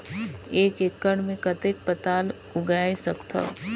एक एकड़ मे कतेक पताल उगाय सकथव?